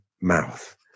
mouth